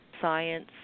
science